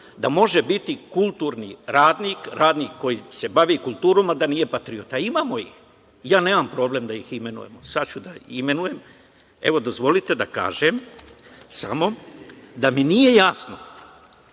da može biti kulturi radnik, radnik koji se bavi kulturom, a da nije patriota. Imamo ih, nemam problem da ih imenujemo. Sada ću da ih imenujem. Dozvolite da kažem samo da mi nije jasno